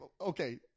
Okay